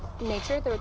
nature